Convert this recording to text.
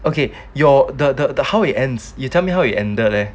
okay your the the the how he ends you tell me how he ended leh